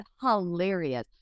hilarious